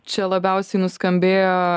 čia labiausiai nuskambėjo